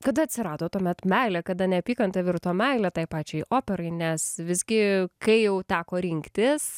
kada atsirado tuomet meilė kada neapykanta virto meile tai pačiai operai nes visgi kai jau teko rinktis